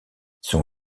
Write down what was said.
son